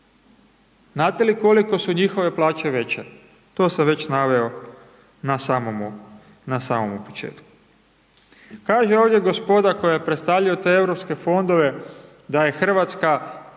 Znate li koliko su njihove plaće veće? To sam već naveo na samomu, na samomu početku. Kažu ovdje gospoda koja predstavljaju te Europske fondove da je RH, ima